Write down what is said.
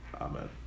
Amen